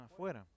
afuera